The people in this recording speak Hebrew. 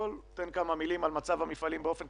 תן כמה מילים על מצב המפעלים באופן כללי,